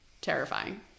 Terrifying